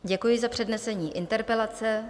Děkuji za přednesení interpelace.